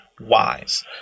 wise